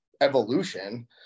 evolution